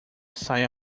saia